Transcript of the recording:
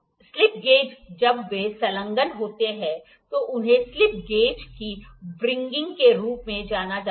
slip gauge जब वे संलग्न होते हैं तो उन्हें स्लिप गेज की व्रिंगगिंग के रूप में जाना जाता है